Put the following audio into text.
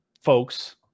folks